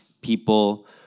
people